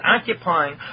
occupying